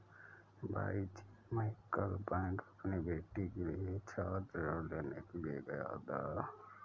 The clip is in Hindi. भाईजी मैं कल बैंक अपनी बेटी के लिए छात्र ऋण लेने के लिए गया था